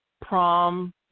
prom